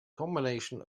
combination